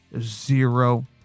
zero